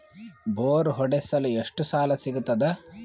Bore ಹೊಡೆಸಲು ಎಷ್ಟು ಸಾಲ ಸಿಗತದ?